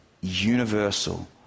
universal